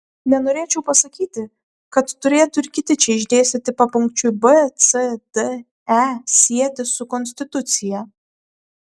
nenorėčiau pasakyti kad turėtų ir kiti čia išdėstyti papunkčiui b c d e sietis su konstitucija